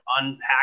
unpack